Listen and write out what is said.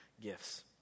gifts